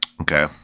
Okay